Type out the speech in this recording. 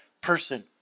person